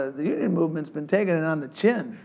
ah the union movement's been takin' it on the chin